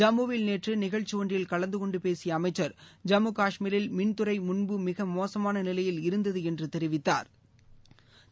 ஜம்முவில் நேற்று நிகழ்ச்சி ஒன்றில் கலந்தகொண்டு பேசிய அமைச்சர் ஜம்மு கஷ்மீரில் மின்துறை முன்பு மிக மோசமான நிலையில் இருந்தது என்று தெரிவித்தாா்